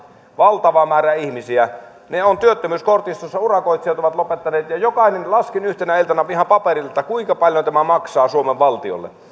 valtava määrä ihmisiä he ovat työttömyyskortistossa urakoitsijat ovat lopettaneet ja jokainen laskin yhtenä iltana ihan paperilla kuinka paljon tämä maksaa suomen valtiolle